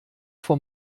von